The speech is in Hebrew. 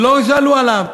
לא שאלו אותם.